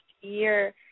year